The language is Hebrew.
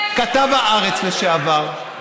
כתב הארץ לשעבר,